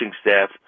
staff